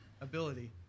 Ability